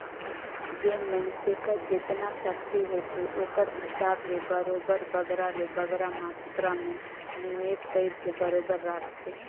जेन मइनसे कर जेतना सक्ति होथे ओकर हिसाब ले बरोबेर बगरा ले बगरा मातरा में निवेस कइरके बरोबेर राखथे